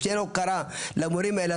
כשאין הוקרה למורים האלה,